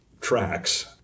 tracks